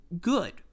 good